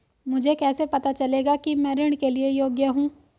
मुझे कैसे पता चलेगा कि मैं ऋण के लिए योग्य हूँ?